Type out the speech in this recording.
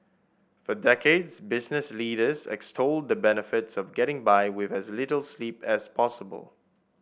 for decades business leaders extolled the benefits of getting by with as little sleep as possible